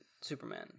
Superman